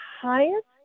highest